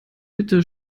bitte